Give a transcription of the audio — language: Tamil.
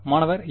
மாணவர் N